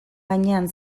gainean